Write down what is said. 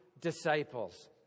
disciples